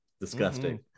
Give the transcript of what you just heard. Disgusting